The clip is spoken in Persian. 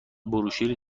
بروشوری